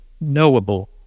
knowable